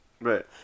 Right